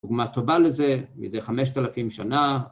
‫דוגמה טובה לזה, ‫מזה 5,000 שנה.